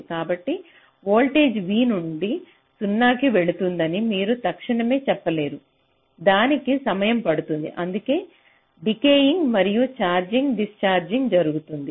కాబట్టి voltage v నుండి 0 కి వెళుతుందని మీరు తక్షణమే చెప్పలేరు దీనికి సమయం పడుతుంది అందుకే డికెఇంగ్ మరియు ఛార్జింగ్ డిస్చార్జింగ్ జరుగుతుంది